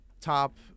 top